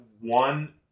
one